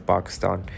Pakistan